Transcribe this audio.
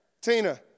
Tina